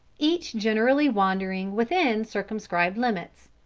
each generally wandering within circumscribed limits.